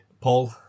Paul